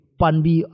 panbi